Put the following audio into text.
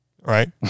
right